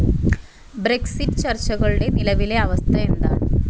Brexit ചർച്ചകളുടെ നിലവിലെ അവസ്ഥ എന്താണ്